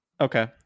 okay